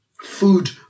food